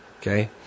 Okay